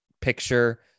picture